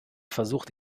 versucht